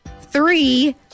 three